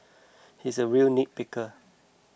he is a real nitpicker